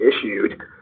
issued